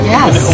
Yes